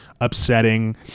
upsetting